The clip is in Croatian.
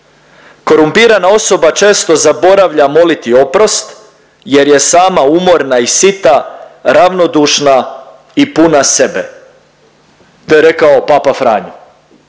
Korumpirana osoba često zaboravlja moliti oprost jer je sama umorna i sita, ravnodušna i puna sebe, to je rekao Papa Franjo